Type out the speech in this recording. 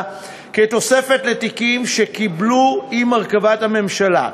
כתוספת לתיקים שקיבלו עם הרכבת הממשלה.